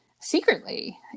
secretly